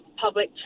public